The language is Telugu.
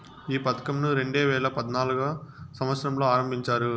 ఈ పథకంను రెండేవేల పద్నాలుగవ సంవచ్చరంలో ఆరంభించారు